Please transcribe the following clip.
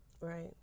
right